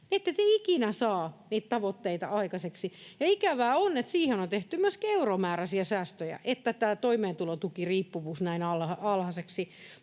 ette te ikinä saa niitä tavoitteita aikaiseksi. Ja ikävää on, että siihen on tehty myöskin euromääräisiä säästöjä, että tämä toimeentulotukiriippuvuus näin alhaiseksi